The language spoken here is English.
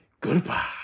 goodbye